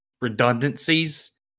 redundancies